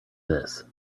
this